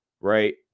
right